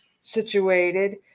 situated